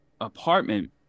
apartment